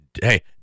hey